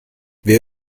wer